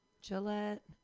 Gillette